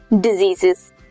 diseases